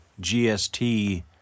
GST